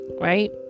Right